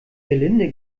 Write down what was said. gelinde